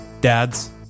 Dads